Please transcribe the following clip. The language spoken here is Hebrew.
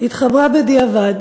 התחברה בדיעבד,